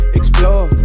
explore